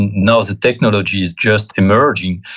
now the technology is just emerging,